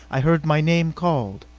i heard my name called.